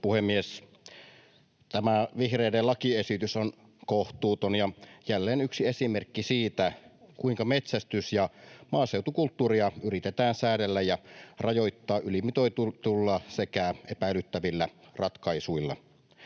Tämä vihreiden lakiesitys on kohtuuton ja jälleen yksi esimerkki siitä, kuinka metsästys- ja maaseutukulttuuria yritetään säädellä ja rajoittaa ylimitoitetuilla sekä epäilyttävillä ratkaisuilla.